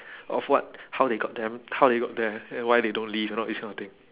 of what how they got them how they got there and why they don't leave and all this kind of thing